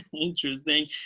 interesting